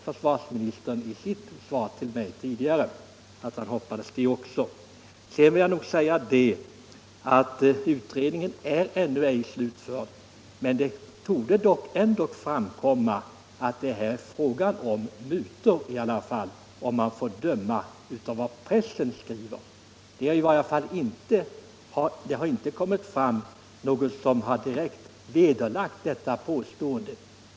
Försvarsministern sade i sitt svar till mig att han också hoppades det. Utredningen är ju ännu ej slutförd, men det torde här vara fråga om mutor av betydande belopp till länder utanför Sverige - om man får döma av vad pressen skrivit. Det har inte kommit fram något som direkt vederlagt detta påstående.